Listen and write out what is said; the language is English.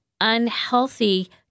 unhealthy